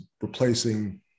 replacing